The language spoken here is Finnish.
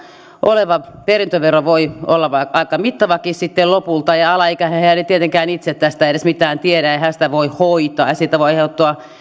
oleva perintövero voi olla aika mittavakin sitten lopulta ja alaikäinenhän ei tietenkään itse tästä edes mitään tiedä ei hän voi sitä hoitaa ja siitä voi aiheutua